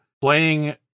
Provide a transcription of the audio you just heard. playing